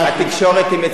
כולם טובים,